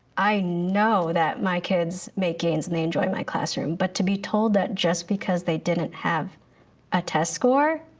i know that my kids make gains and they enjoy my classroom but to be told that just because they didn't have a test score,